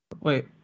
Wait